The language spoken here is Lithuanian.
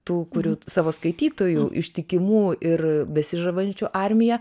tų kurių savo skaitytojų ištikimų ir besižavinčių armiją